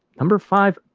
number five.